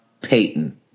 Payton